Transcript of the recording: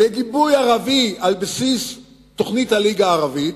לגיבוי ערבי על בסיס תוכנית הליגה הערבית,